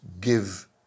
give